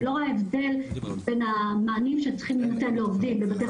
לא רואה הבדל בין המענה שצריך להינתן לעובדים בבתי